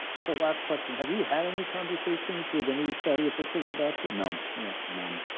so last question, have you had any conversations with any saudi officials about this? no. no? none.